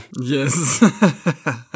yes